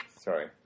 Sorry